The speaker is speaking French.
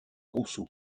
rosso